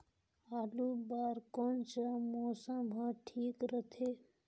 आलू बार कौन सा मौसम ह ठीक रथे?